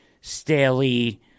staley